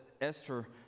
Esther